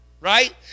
Right